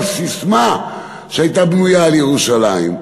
על הססמה שהייתה בנויה על ירושלים.